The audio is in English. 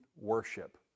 worship